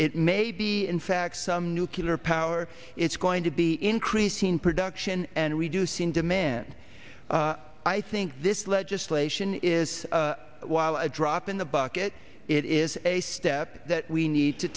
it may be in fact some nucular power it's going to be increasing production and reducing demand i think this legislation is while a drop in the bucket it is a step that we need to